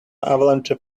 avalanche